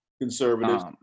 conservatives